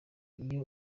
iyo